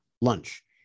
lunch